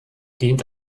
dient